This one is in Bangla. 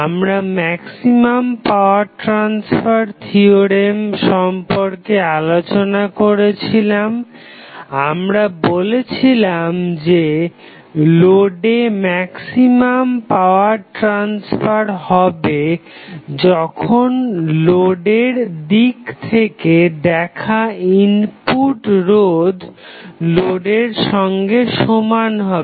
আমরা ম্যাক্সিমাম পাওয়ার ট্রাসফার থিওরেম সম্পর্কে আলোচনা করেছিলাম আমরা বলেছিলাম যে লোডে ম্যাক্সিমাম পাওয়ার ট্রাসফার হবে যখন লোডের দিক থেকে দেখা ইনপুট রোধ লোডের সঙ্গে সমান হবে